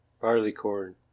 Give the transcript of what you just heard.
Barleycorn